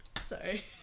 Sorry